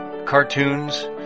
Cartoons